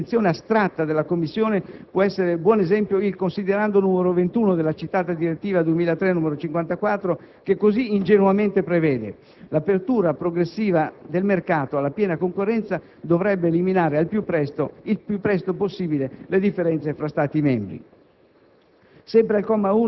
Di questa assai discutibile convinzione astratta della Commissione può essere buon esempio il "considerando" n. 21 della citata direttiva 2003/54, che così ingenuamente prevede: «L'apertura progressiva del mercato alla piena concorrenza dovrebbe eliminare il più presto possibile le differenze tra Stati membri».